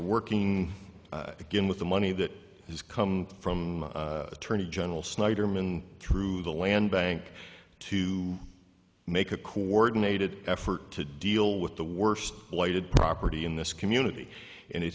working again with the money that has come from attorney general snyderman through the land bank to make a coordinated effort to deal with the worst blighted property in this community and